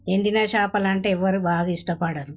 ఎండిన చేపలు అంటే ఎవ్వరూ బాగా ఇష్టపడరు